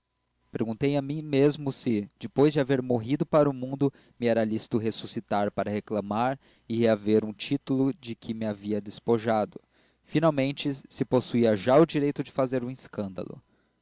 perguntei a mim mesmo se depois de haver morrido para o mundo me era lícito ressuscitar para reclamar e reaver um título de que me havia despojado finalmente se possuía já o direito de fazer um escândalo